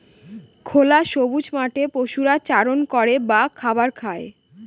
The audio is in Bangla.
খোলা সবুজ মাঠে পশুরা চারণ করে বা খাবার খায়